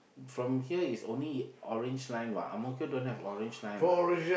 from here is only orange line what Ang-Mo-Kio don't have orange line what